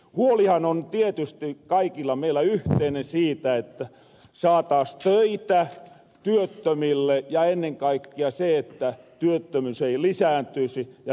huolihan on tietysti kaikilla meillä yhteinen siitä että saataas töitä työttömille ja ennen kaikkea että työttömyys ei lisääntyisi